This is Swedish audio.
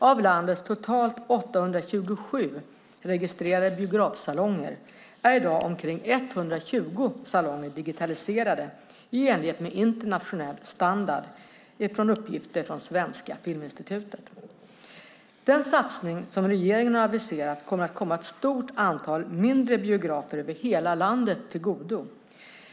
Av landets totalt 827 registrerade biografsalonger är i dag omkring 120 salonger digitaliserade i enlighet med internationell standard, enligt uppgift från Svenska Filminstitutet. Den satsning som regeringen har aviserat kommer att komma ett stort antal mindre biografer över hela landet till godo.